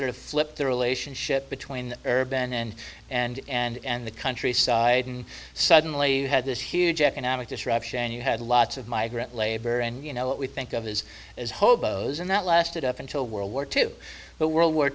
sort of flipped the relationship between urban and and and the countryside and suddenly you had this huge economic disruption and you had lots of migrant labor and you know what we think of his as hobos and that lasted up until world war two but world war